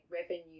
revenue